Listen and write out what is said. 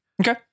Okay